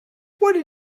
what